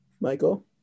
Michael